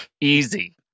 Easy